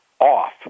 off